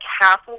half